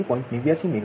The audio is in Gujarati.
89 મેગાવોટ